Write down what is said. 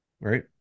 right